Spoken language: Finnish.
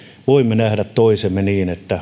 voimme nähdä toisemme niin että